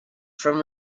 from